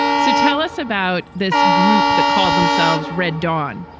so tell us about this group that called themselves red dawn.